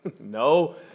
no